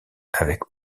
avec